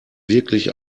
wirklich